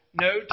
No